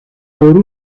por